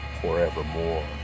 forevermore